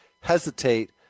hesitate